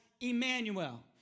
Emmanuel